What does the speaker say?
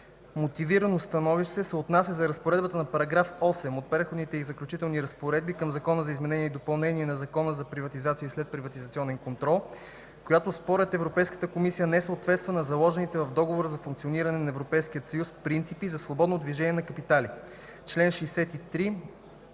Мотивираното становище се отнася до разпоредбата на § 8 от Преходните разпоредби към Закон за изменение и допълнение на Закона за приватизация и следприватизационен контрол, която според Европейската комисия не съответства на заложените в Договора за функциониране на ЕС (ДФЕС) принципи за свободно движение на капитали (чл. 63